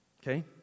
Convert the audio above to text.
Okay